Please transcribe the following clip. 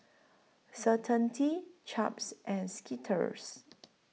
Certainty Chaps and Skittles